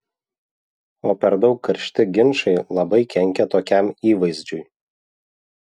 o per daug karšti ginčai labai kenkia tokiam įvaizdžiui